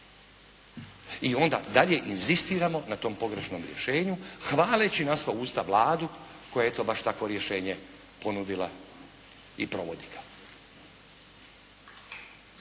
i onda dalje inzistiramo na tom pogrešnom rješenju hvaleći na sva usta Vladu koja eto baš takvo rješenje ponudila i provodi ga.